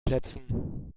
plätzen